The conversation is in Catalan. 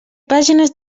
pàgines